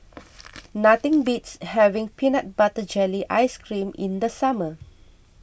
nothing beats having Peanut Butter Jelly Ice Cream in the summer